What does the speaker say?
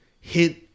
hit